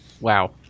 Wow